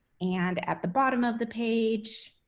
and at the bottom of the page,